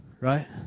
Right